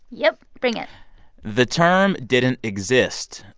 yep. bring it the term didn't exist,